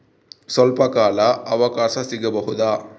ಸ್ವಲ್ಪ ಕಾಲ ಅವಕಾಶ ಸಿಗಬಹುದಾ?